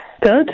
good